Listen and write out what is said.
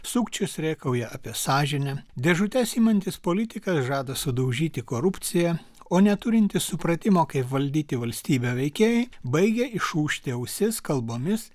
sukčius rėkauja apie sąžinę dėžutes imantis politikas žada sudaužyti korupciją o neturintys supratimo kaip valdyti valstybę veikėjai baigia išūžti ausis kalbomis